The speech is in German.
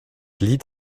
lied